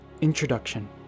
Introduction